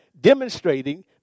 demonstrating